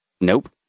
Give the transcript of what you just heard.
Nope